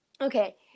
Okay